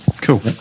cool